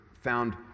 found